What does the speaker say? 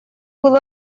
был